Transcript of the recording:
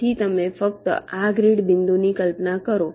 તેથી તમે ફક્ત આ ગ્રીડ બિંદુની કલ્પના કરો